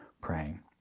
praying